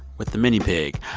with the mini pig.